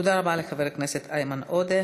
תודה רבה לחבר הכנסת איימן עודה.